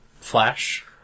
Flash